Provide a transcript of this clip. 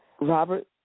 Robert